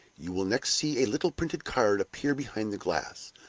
you will next see a little printed card appear behind the glass,